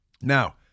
Now